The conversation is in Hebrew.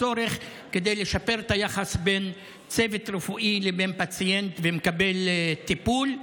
כדי לשפר את היחס בין הצוות הרפואי לבין הפציינט ומקבל הטיפול.